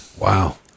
Wow